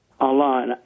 Allah